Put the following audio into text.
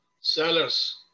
sellers